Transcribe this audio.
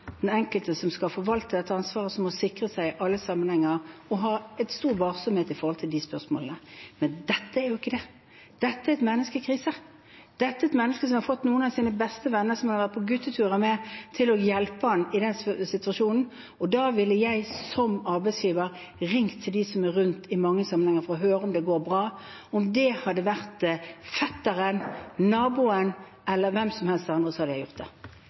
den enkelte som skal forvalte dette ansvaret, som må sikre seg i alle sammenhenger, og ha en stor varsomhet når det gjelder de spørsmålene. Men dette er jo ikke det. Dette er et menneske i krise. Dette er et menneske som har fått noen av sine beste venner, som han har vært på gutteturer med, til å hjelpe seg i den situasjonen. Da ville jeg som arbeidsgiver ringt til dem som er rundt i mange sammenhenger, for å høre om det går bra. Om det hadde vært fetteren, naboen eller hvem som helst andre, hadde jeg gjort det.